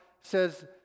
says